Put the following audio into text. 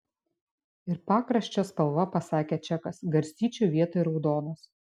ir pakraščio spalva pasakė čakas garstyčių vietoj raudonos